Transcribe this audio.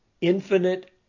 infinite